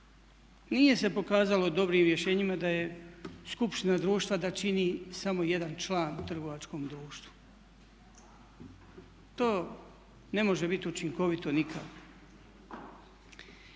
Nije se pokazalo dobrim rješenjima da je skupština društva da čini samo jedan član u trgovačkom društvu. To ne može biti učinkovito nikako.